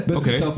okay